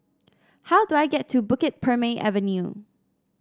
how do I get to Bukit Purmei Avenue